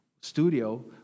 studio